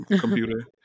Computer